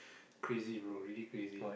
crazy bro really crazy